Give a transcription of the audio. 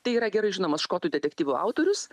tai yra gerai žinomas škotų detektyvų autorius